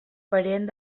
parent